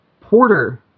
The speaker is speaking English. Porter